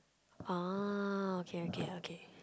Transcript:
oh okay okay okay